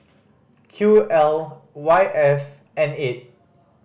Q L Y F N eight